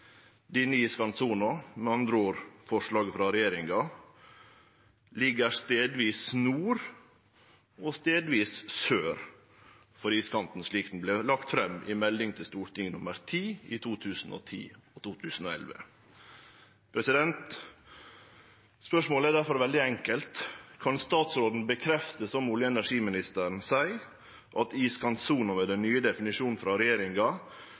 Denne iskantsona, med andre ord forslaget frå regjeringa, ligg stadvis nord og stadvis sør for iskanten, slik det vart lagt fram i Meld. St. 10 for 2010–2011. Spørsmålet er difor veldig enkelt: Kan statsråden bekrefte det som olje- og energiministeren seier, at iskantsona med den nye definisjonen frå regjeringa